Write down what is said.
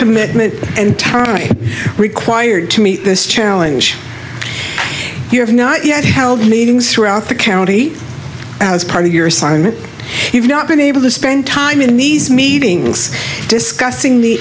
commitment and time required to meet this challenge you have not yet held meetings throughout the county as part of your assignment you've not been able to spend time in these meetings discussing the